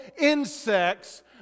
insects